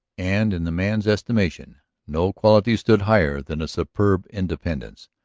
and in the man's estimation no quality stood higher than a superb independence.